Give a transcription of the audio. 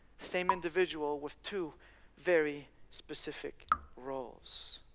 same individual with two very specific roles.